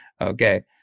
Okay